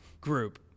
group